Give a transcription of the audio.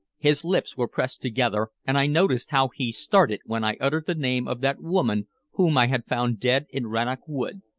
his lips were pressed together, and i noticed how he started when i uttered the name of that woman whom i had found dead in rannoch wood,